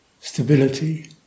stability